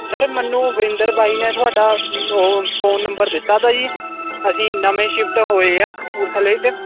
sir ਮੈਨੂੰ ਵਰਿੰਦਰ ਬਾਈ ਨੇ ਤੁਹਾਡਾ ਉਹ ਫੋਨ ਨੰਬਰ ਦਿੱਤਾ ਤਾ ਜੀ ਅਸੀਂ ਨਵੇਂ ਸ਼ਿਫਟ ਹੋਏ ਹਾਂ ਕਪੂਰਥਲੇ 'ਚ